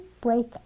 break